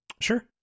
Sure